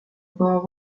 była